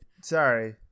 Sorry